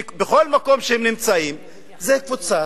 מי פאשיסט